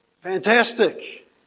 fantastic